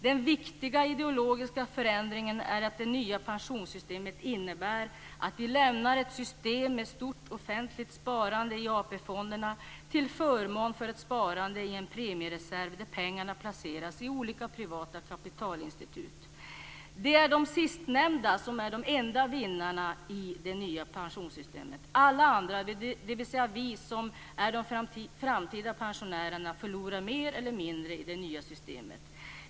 Den viktiga ideologiska förändringen är att det nya pensionssystemet innebär att vi lämnar ett system med stort offentligt sparande i AP fonderna till förmån för ett sparande i en premiereserv där pengarna placeras i olika privata kapitalinstitut. Det är de sistnämnda som är de enda vinnarna i det nya pensionssystemet. Alla andra, dvs. vi som är de framtida pensionärerna, förlorar mer eller mindre i det nya systemet.